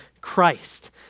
Christ